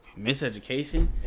miseducation